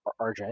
RJ